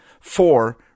Four